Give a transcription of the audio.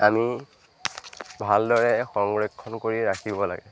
আমি ভালদৰে সংৰক্ষণ কৰি ৰাখিব লাগে